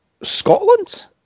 Scotland